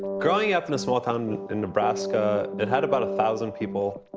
growing up in a small town in nebraska, it had about a thousand people.